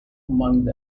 among